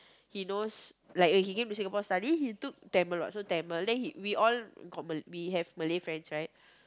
he knows like when he came to Singapore study he took Tamil what so Tamil then he~ we all we have Malay friends right